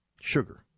Sugar